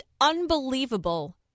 unbelievable